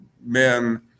men